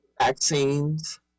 vaccines